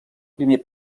primer